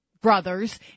brothers